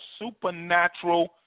supernatural